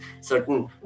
certain